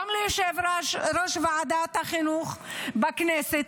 גם ליושב-ראש ועדת החינוך בכנסת,